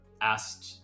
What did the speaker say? asked